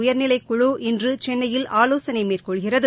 உயர்நிலைக்குழு இன்று சென்னையில் ஆலோசனை மேற்கொள்கிறது